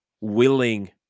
willing